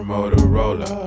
Motorola